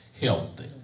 healthy